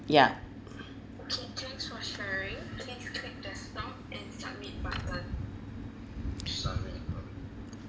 yeah